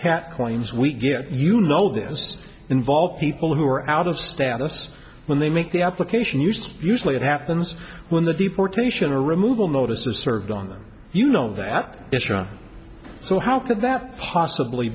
kat claims we get you know this involved people who are out of status when they make the application used usually it happens when the deportation or removal notices served on them you know that isha so how could that possibly